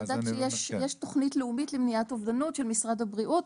אני יודעת שיש תוכנית לאומית למניעת אובדנות של משרד הבריאות,